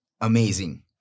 amazing